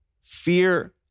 Fear